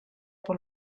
por